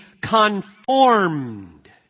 conformed